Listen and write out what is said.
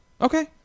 Okay